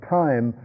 time